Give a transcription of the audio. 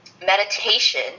meditation